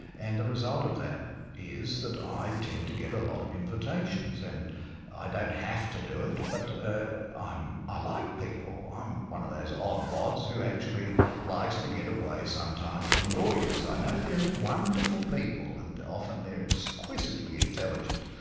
and the result of that is that i tend to get a lot of invitations, and i don't have to do it, but i like people, i'm one of those odd bods who actually likes to get away sometimes from lawyers. i know they're wonderful people and often they're exquisitely intelligent,